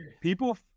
people